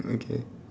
okay